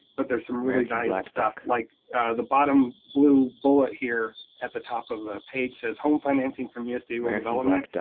but there's some really valuable stuff, like the bottom blue bullet here, at the top of the page, says home financing from usda rural development.